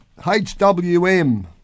HWM